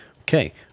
Okay